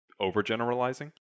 overgeneralizing